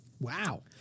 Wow